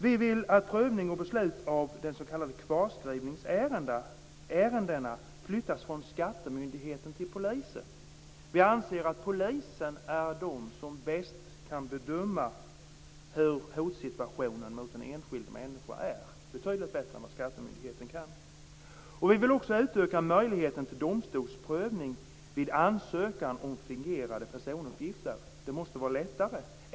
Vi vill att prövning och beslut av de s.k. kvarskrivningsärendena flyttas från skattemyndigheten till polisen. Vi anser att polisen är den som bäst kan bedöma hur hotsituationen mot en enskild människa är, och det betydligt bättre än vad skattemyndigheten kan. Vi vill också utöka möjligheten till domstolsprövning vid ansökan om fingerade personuppgifter. Det måste vara lättare.